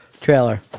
trailer